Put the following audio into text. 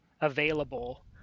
available